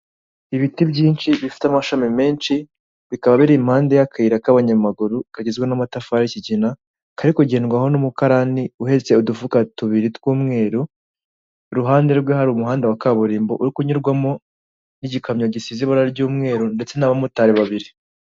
Ibiti byinshi bifite amashami menshi bikaba biri impande y'akayira k'abanyamaguru kagizwe n'amatafari y'ikigina, kari kugendwaho n'umukarani uhetse udufuka tubiri tw'umweru, iruhande rwe hari umuhanda wa kaburimbo uri kunyurwamo n'igikamyo gisize ibara ry'umweru ndetse n'abamotari babiri.